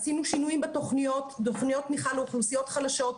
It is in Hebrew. עשינו שינויים בתוכניות תוכניות תמיכה לאוכלוסיות חלשות,